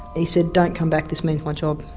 he said don't come back this means my job.